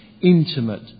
intimate